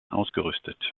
ausgerüstet